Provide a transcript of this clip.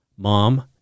Mom